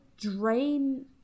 drain